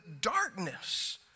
darkness